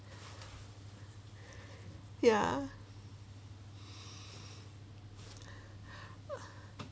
ya